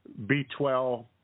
B12